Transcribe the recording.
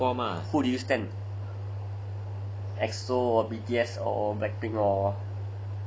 who do you stand EXO or B_T_S or black pink or